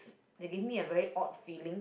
they gave me a very odd feeling